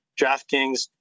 DraftKings